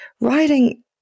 Writing